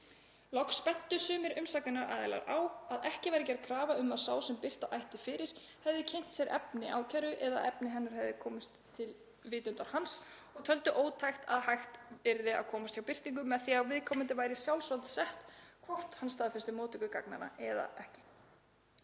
Loks bentu sumir umsagnaraðilar á að ekki væri gerð krafa um að sá sem birta ætti fyrir hefði kynnt sér efni ákæru eða að efni hennar hefði komist til vitundar hans og töldu ótækt að hægt yrði að komast hjá birtingu með því að viðkomandi væri í sjálfsvald sett hvort hann staðfesti móttöku gagnanna eða ekki.